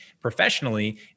professionally